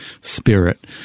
spirit